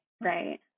Right